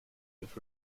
with